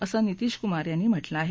असं नितीशकुमार यांनी म्हटलं आहे